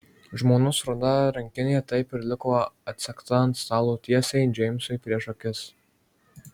žmonos ruda rankinė taip ir liko atsegta ant stalo tiesiai džeimsui prieš akis